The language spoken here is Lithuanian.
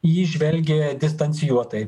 į jį žvelgė distancijuotai